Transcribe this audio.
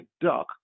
Duck